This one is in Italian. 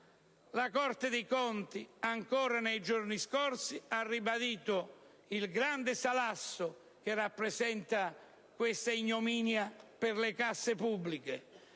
La Corte dei conti, ancora nei giorni scorsi, ha ribadito che questo grande salasso rappresenta un'ignominia per le casse pubbliche,